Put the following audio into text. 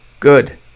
Good